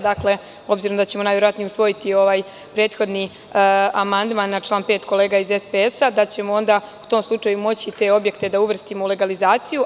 Dakle, obzirom da ćemo najverovatnije usvojiti ovaj prethodni amandman na član 5. kolega iz SPS, onda ćemo u tom slučaju moći te objekte da uvrstimo u legalizaciju.